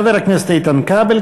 חבר הכנסת איתן כבל,